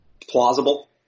plausible